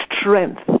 strength